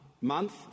month